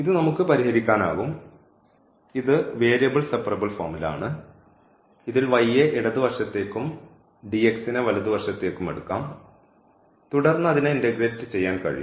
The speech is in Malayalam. ഇത് നമുക്ക് പരിഹരിക്കാനാകും ഇത് വേരിയബിൾ സെപ്പറബിൾ ഫോമിലാണ് ഇതിൽ യെ ഇടതു വശത്തേക്കും നെ വലതു വശത്തേക്കും എടുക്കാം തുടർന്ന് അതിനെ ഇൻഡഗ്രേറ്റ് ചെയ്യാൻ കഴിയും